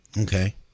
Okay